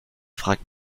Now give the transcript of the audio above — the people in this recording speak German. fragt